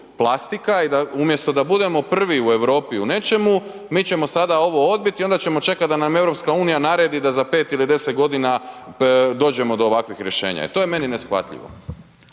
i umjesto da budemo prvi u Europi u nečemu, mi ćemo sada ovo odbit i onda ćemo čekat da nam EU naredi da za 5 ili 10 g. dođemo do ovakvih rješenja i to je meni neshvatljivo.